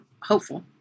hopeful